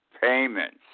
payments